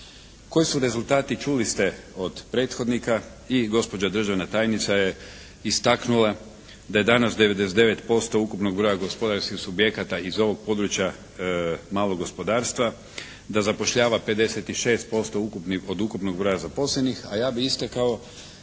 Koji su rezultati čuli ste od prethodnika i gospođa državna tajnica je istaknula da je danas 99% ukupnog broja gospodarskih subjekata iz ovog područja malog gospodarstva, da zapošljava 56% od ukupnog broja zaposlenih. A ja bih istakao